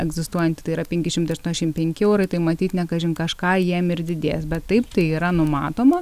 egzistuojanti tai yra penki šimtai aštuoniašim penki eurai tai matyt ne kažin kažką jiem ir didės bet taip tai yra numatoma